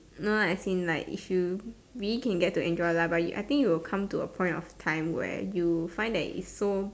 no lah as in like if you really can get to enjoy life but it I think it will come to a point of time where you find that it's so